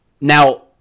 Now